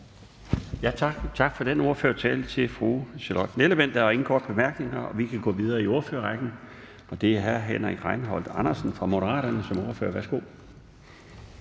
for den ordførertale. Der er ingen korte bemærkninger, og vi kan gå videre i ordførerrækken. Det er nu hr. Henrik Rejnholt Andersen fra Moderaterne som ordfører. Værsgo.